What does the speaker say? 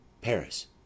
Paris